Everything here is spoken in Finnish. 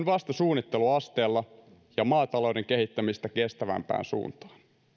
vasta suunnitteluasteella ja maatalouden kehittämistä kestävämpään suuntaan